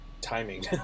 timing